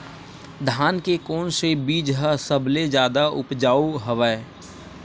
धान के कोन से बीज ह सबले जादा ऊपजाऊ हवय?